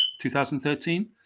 2013